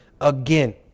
again